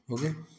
हो गया